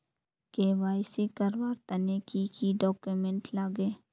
KYC करवार तने की की डॉक्यूमेंट लागे?